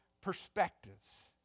perspectives